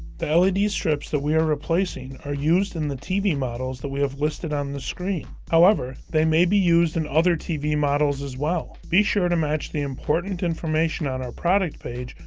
the led strips that we are replacing are used in the tv models that we have listed on the screen, however they may be used in other tv models as well. be sure to match the important information on our product page,